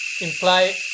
imply